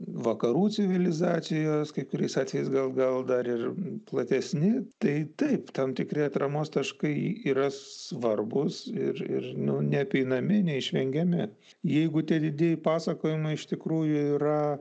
vakarų civilizacijos kai kuriais atvejais gal gal dar ir platesni tai taip tam tikri atramos taškai yra svarbūs ir ir neapeinami neišvengiami jeigu tie didieji pasakojimai iš tikrųjų yra